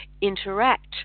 interact